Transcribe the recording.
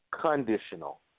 conditional